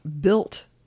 built